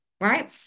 right